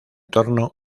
torno